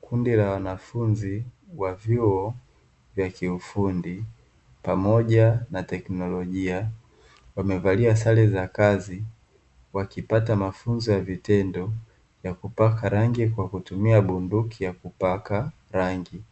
Kundi la wanafunzi la vyuo vya kiufundi pamoja na tekinolojia wamevalia sare za kazi wakipata mafunzo ya vitendo ya kupaka rangi kwa kutumia bunduki ya kupaka rangi